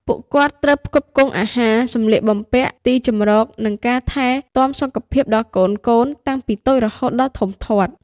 ពួកគាត់ត្រូវផ្គត់ផ្គង់អាហារ សំលៀកបំពាក់ ទីជម្រកនិងការថែទាំសុខភាពដល់កូនៗតាំងពីតូចរហូតដល់ធំធាត់។